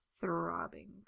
throbbing